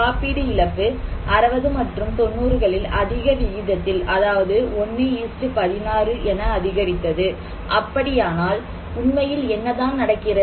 காப்பீட்டு இழப்பு 60 மற்றும் 90 களில் அதிக விகிதத்தில் அதாவது 116 என அதிகரித்தது அப்படியானால் உண்மையில் என்னதான் நடக்கிறது